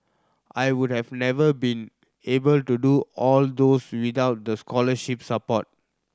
I would have never been able to do all these without the scholarship support